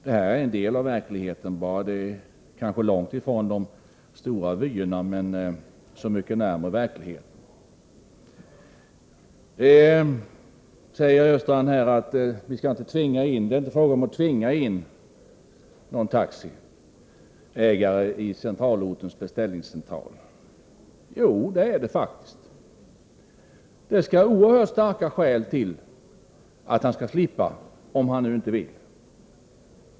Det här är en del av verkligheten — kanske långt ifrån de stora vyerna, men så mycket närmare verkligheten. Olle Östrand säger att det inte är fråga om att tvinga in någon taxiägare i centralortens beställningscentral. Jo, det är det faktiskt. Det skall oerhört starka skäl till för att en taxiägare skall slippa om han inte vill.